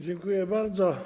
Dziękuję bardzo.